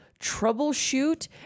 troubleshoot